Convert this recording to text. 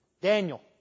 Daniel